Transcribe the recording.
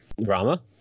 Rama